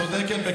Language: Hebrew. טלי, את צודקת.